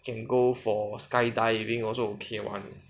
go for skydiving also okay lah